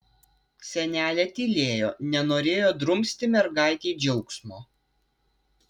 senelė tylėjo nenorėjo drumsti mergaitei džiaugsmo